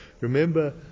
Remember